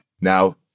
now